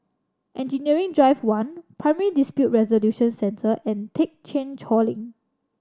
Engineering Drive One Primary Dispute Resolution Centre and Thekchen Choling